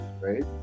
right